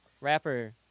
rapper